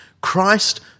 Christ